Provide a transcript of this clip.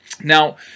Now